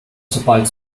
sobald